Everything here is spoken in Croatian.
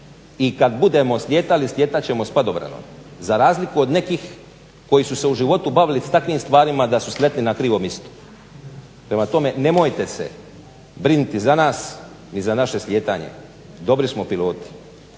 i kad budemo slijetali slijetat ćemo s padobranom za razliku od nekih koji su se u životu bavili s takvim stvarima da su sletili na krivo misto. Prema tome, nemojte se brinuti za nas ni za naše slijetanje. Dobri smo piloti,